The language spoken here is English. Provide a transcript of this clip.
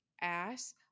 ass